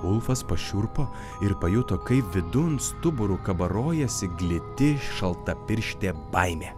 ulfas pašiurpo ir pajuto kaip vidun stuburu kabarojasi gliti šaltapirštė baimė